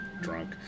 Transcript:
drunk